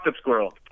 squirrel